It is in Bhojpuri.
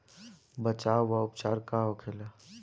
बचाव व उपचार का होखेला?